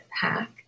hack